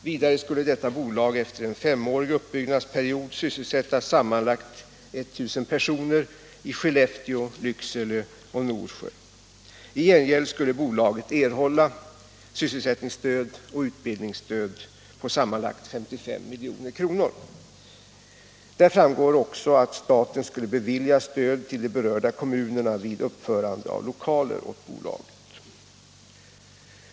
Vidare skulle detta bolag efter en femårig uppbyggnadsperiod sysselsätta sammanlagt 1000 personer i Skellefteå, Lycksele och Norsjö. I gengäld skulle bolaget erhålla sysselsättningsstöd och utbildningsstöd på sammanlagt 55 milj.kr. Där framgår också att staten skulle bevilja stöd till de berörda kommunerna vid uppförande av lokaler åt bolaget.